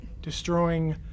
Destroying